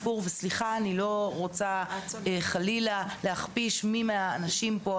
סליחה, אני חלילה לא רוצה להכפיש מי מהמשרדים פה.